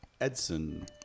Edson